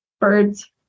birds